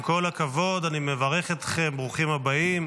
עם כל הכבוד, אני מברך אתכם, ברוכים הבאים.